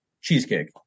cheesecake